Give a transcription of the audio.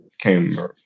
came